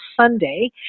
Sunday